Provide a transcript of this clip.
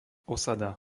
osada